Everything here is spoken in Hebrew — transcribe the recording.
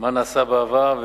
מה נעשה בעבר.